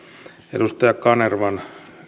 edustaja kanervan